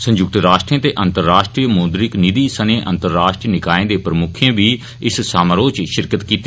संयुक्त राष्टें ते अंतर्राष्ट्रीय मौद्रिक निधि सने अंतराष्ट्रीय निकायें दे प्रमुक्खें बी इस समारोह इच शिरकत कीती